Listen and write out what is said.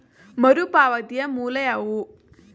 ಮರುಪಾವತಿಯ ಮೂಲ ಯಾವುದು?